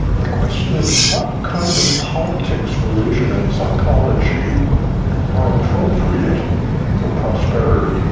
the question is what kind of politics, religion and psychology are appropriate for prosperity?